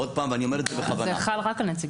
זה חל רק על נציגי ציבור.